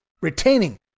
retaining